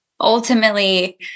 ultimately